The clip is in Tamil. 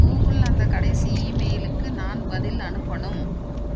கூகுள் அந்த கடைசி இமெயிலுக்கு நான் பதில் அனுப்பணும்